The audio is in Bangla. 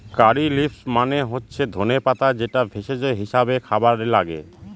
কারী লিভস মানে হচ্ছে ধনে পাতা যেটা ভেষজ হিসাবে খাবারে লাগে